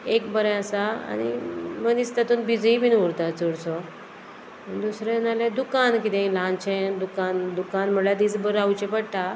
एक बरें आसा आनी मनीस तातूंत बिजी बीन उरता चडसो दुसरें नाल्या दुकान किदें ल्हानशें दुकान दुकान म्हळ्यार दीस बरें रावचें पडटा